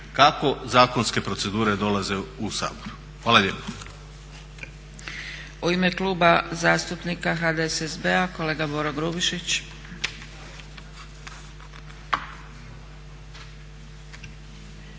kako zakonske procedure dolaze u Sabor. Hvala lijepo.